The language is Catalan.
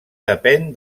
depèn